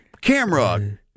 camera